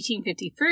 1853